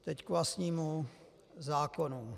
Teď k vlastnímu zákonu.